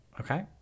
Okay